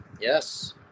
yes